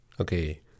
okay